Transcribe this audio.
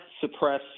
suppress